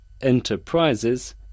Enterprises